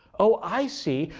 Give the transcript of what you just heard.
oh, i see.